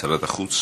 שר החוץ